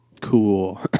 Cool